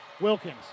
Wilkins